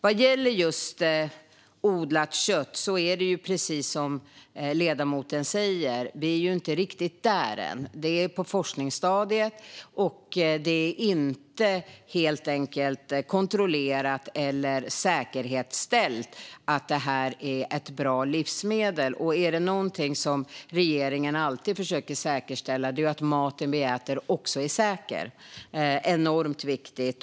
Vad gäller odlat kött är det precis som ledamoten säger: Vi är ju inte riktigt där än. Det är på forskningsstadiet, och det är inte kontrollerat eller säkerställt att detta är ett bra livsmedel. Om det är någonting som regeringen alltid försöker att säkerställa är det att maten vi äter är säker. Det är enormt viktigt.